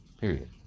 Period